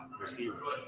receivers